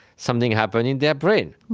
something happens in their brain,